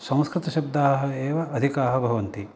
संस्कृतशब्दाः एव अधिकाः भवन्ति